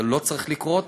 זה לא צריך לקרות,